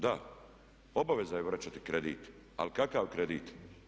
Da, obaveza je vraćati kredit, ali kakav kredit?